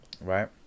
right